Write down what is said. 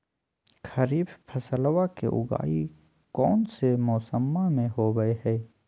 खरीफ फसलवा के उगाई कौन से मौसमा मे होवय है?